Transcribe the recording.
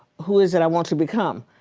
who is it i want to become.